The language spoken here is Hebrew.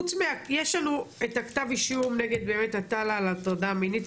יש לנו את הכתב אישום נגד עטאללה על הטרדה מינית,